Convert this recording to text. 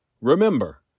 Remember